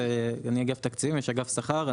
אני מאגף התקציבים ועניין השכר שייך לאגף שכר.